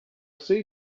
sei